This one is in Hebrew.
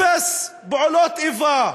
אפס פעולות איבה.